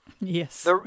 Yes